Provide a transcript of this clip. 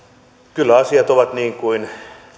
kyllä asiat ovat niin kuin